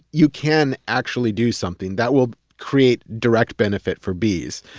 you can actually do something that will create direct benefit for bees.